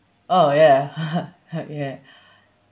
oh ya ya